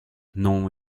non